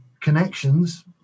connections